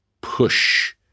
push